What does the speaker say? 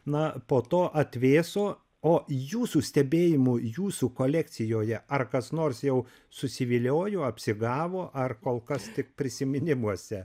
na po to atvėso o jūsų stebėjimu jūsų kolekcijoje ar kas nors jau susiviliojo apsigavo ar kol kas tik prisiminimuose